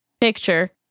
picture